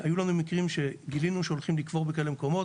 היו לנו מקרים שגילינו שהולכים לקבור בכאלה מקומות,